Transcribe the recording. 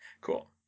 Cool